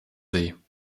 see